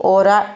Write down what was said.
ora